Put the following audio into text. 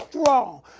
strong